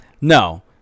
No